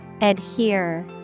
Adhere